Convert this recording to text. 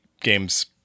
Games